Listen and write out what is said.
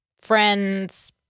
friend's